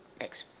thanks,